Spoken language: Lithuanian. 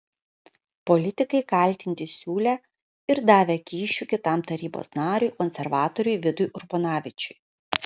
politikai kaltinti siūlę ir davę kyšių kitam tarybos nariui konservatoriui vidui urbonavičiui